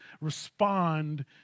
respond